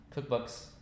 cookbooks